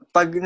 Pag